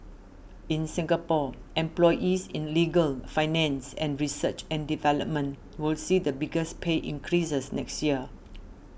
in Singapore employees in legal finance and research and development will see the biggest pay increases next year